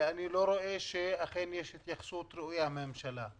ואני לא רואה שאכן יש התייחסות ראויה מן הממשלה.